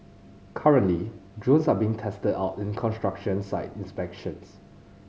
currently drones are being tested out in construction site inspections